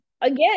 again